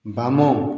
ବାମ